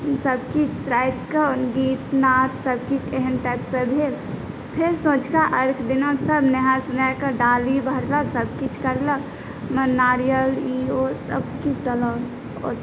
सबकिछु रातिके ओहि गीत नाद सबकिछु एहन टाइपसँ भेल फेर संँझुका अर्घ्य दिना सब नहा सोनाकऽ डाली भरलक सबकिछु करलक ओहिमे नारियल ई ओ सबकिछु देलक